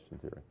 theory